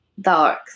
Dark